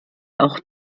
auch